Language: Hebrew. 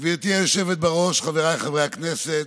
גברתי היושבת בראש, חבריי חברי הכנסת,